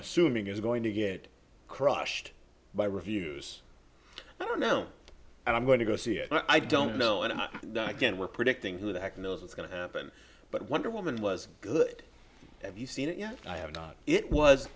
assuming is going to get crushed by reviews i don't know and i'm going to go see it i don't know and again we're predicting who the heck knows what's going to happen but wonder woman was good have you seen it yeah i have it was